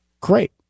Great